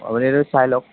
আপুনি এইটো চাই লওক